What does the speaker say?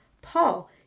Paul